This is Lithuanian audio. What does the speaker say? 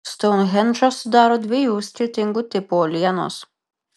stounhendžą sudaro dviejų skirtingų tipų uolienos